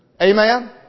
Amen